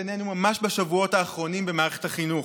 עינינו ממש בשבועות האחרונים במערכת החינוך.